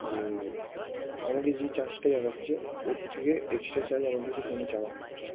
যে আমাকে যে চার্জটা দেখাচ্ছে ওর থেকে এক্সট্রা চার্জ আমার কাছে কেন চাওয়া হচ্ছে